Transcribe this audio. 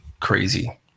crazy